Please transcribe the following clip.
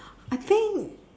I think